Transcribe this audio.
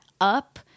up